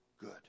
good